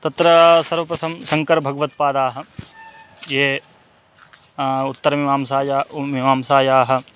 तत्र सर्वप्रथमं शङ्करभगवत्पादाः ये उत्तरमीमांसायाः उं मीमांसायाः